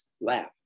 laugh